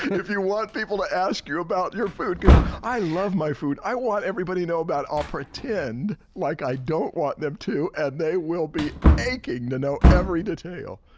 if you want people to ask you about your food i love my food. i want everybody know about it. i'll pretend like i don't want them to and they will be aching to know every detail.